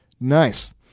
Nice